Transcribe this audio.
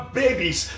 babies